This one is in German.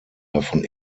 davon